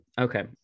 okay